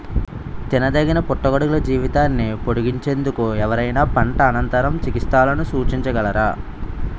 తినదగిన పుట్టగొడుగుల జీవితాన్ని పొడిగించేందుకు ఎవరైనా పంట అనంతర చికిత్సలను సూచించగలరా?